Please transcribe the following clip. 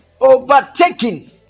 overtaking